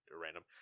random